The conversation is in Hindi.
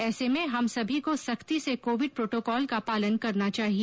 ऐसे में हम सभी को सख्ती से कोविड प्रोटोकॉल का पालन करना चाहिए